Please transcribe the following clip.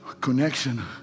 connection